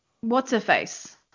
What's-Her-Face